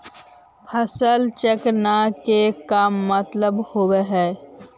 फसल चक्र न के का मतलब होब है?